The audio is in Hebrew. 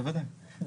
בוודאי,